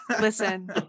listen